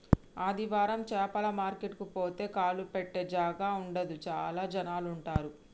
ఆదివారం చాపల మార్కెట్ కు పోతే కాలు పెట్టె జాగా ఉండదు చాల జనాలు ఉంటరు